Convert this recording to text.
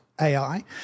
AI